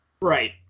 Right